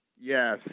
Yes